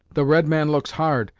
the red man looks hard,